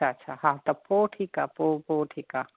अच्छा अच्छा हा त पोइ ठीकु आहे पोइ पोइ ठीकु आहे